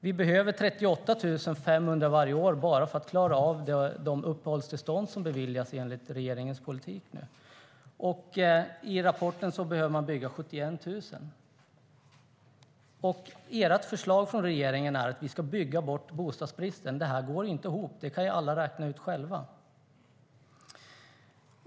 Vi behöver 38 500 bostäder varje år bara för att klara av de uppehållstillstånd som beviljas enligt regeringens politik. Enligt rapporten behöver man bygga 71 000. Regeringens förslag är att vi ska bygga bort bostadsbristen. Det här går inte ihop; det kan alla räkna ut själva.